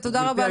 ותודה רבה לך.